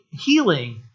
healing